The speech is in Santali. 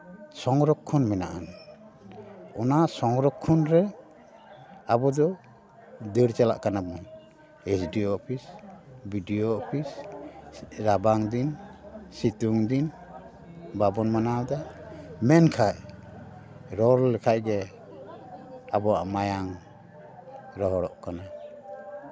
ᱥᱚᱝᱨᱚᱠᱠᱷᱚᱱ ᱢᱮᱱᱟᱜᱼᱟ ᱚᱱᱟ ᱥᱚᱝᱨᱚᱠᱠᱷᱚᱱ ᱨᱮ ᱟᱵᱚᱫᱚ ᱫᱟᱹᱲ ᱪᱟᱞᱟᱜ ᱠᱟᱱᱟᱵᱚᱱ S D O office B D O office ᱨᱟᱵᱟᱝ ᱫᱤᱱ ᱥᱤᱛᱩᱝ ᱫᱤᱱ ᱵᱟᱵᱚᱱ ᱢᱟᱱᱟᱣ ᱫᱟ ᱢᱮᱱᱠᱷᱟᱱ ᱨᱚᱲ ᱞᱮᱠᱷᱟᱱ ᱜᱮ ᱟᱵᱚᱣᱟᱜ ᱢᱟᱭᱟᱝ ᱨᱚᱦᱚᱲᱚᱜ ᱠᱟᱱᱟ